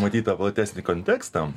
matyt tą platesnį kontekstą